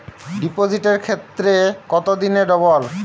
ডিপোজিটের ক্ষেত্রে কত দিনে ডবল?